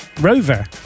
Rover